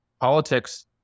politics